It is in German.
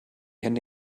hände